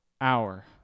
hour